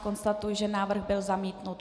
Konstatuji, že návrh byl zamítnut.